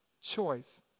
Choice